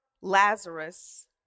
Lazarus